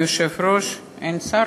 היושב-ראש, אין שר?